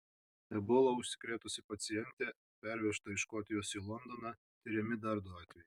ebola užsikrėtusi pacientė pervežta iš škotijos į londoną tiriami dar du atvejai